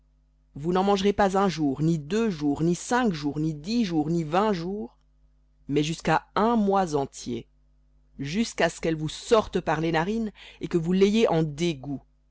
vous n'en mangerez pas un jour ni deux jours ni cinq jours ni dix jours ni vingt jours jusqu'à un mois entier jusquà ce qu'elle vous sorte par les narines et que vous l'ayez en dégoût